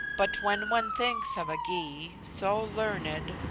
but when one thinks of a gy, so learned,